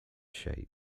shapes